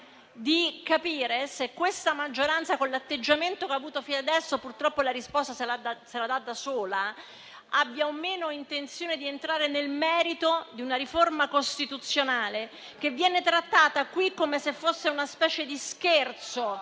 di capire se questa maggioranza - che con l'atteggiamento che ha avuto fino adesso, purtroppo la risposta se la dà da sola - abbia o no intenzione di entrare nel merito di una riforma costituzionale che viene trattata qui come se fosse una specie di scherzo.